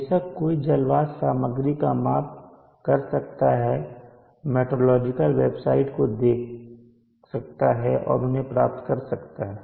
बेशक कोई जल वाष्प सामग्री का माप कर सकता है मेट्रोलॉजिकल वेबसाइट को देख सकता है और उन्हें प्राप्त कर सकता है